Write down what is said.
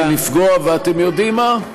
ואתם יודעים מה?